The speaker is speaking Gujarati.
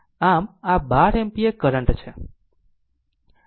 આમ આ 12 એમ્પીયર કરંટ છે